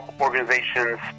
organizations